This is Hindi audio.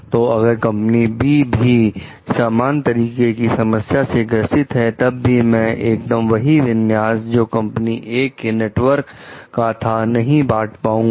तो अगर कंपनी बी भी समान तरीके की समस्या से ग्रसित है तब भी मैं एकदम वही विन्यास जो कंपनी ए के नेटवर्क का था नहीं बांट पाऊंगा